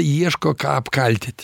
ieško ką apkaltyt